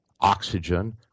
oxygen